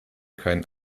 keinen